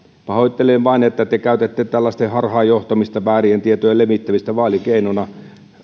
pahoittelen vaan että te käytätte tällaista harhaanjohtamista väärien tietojen levittämistä vaalikeinona